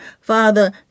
Father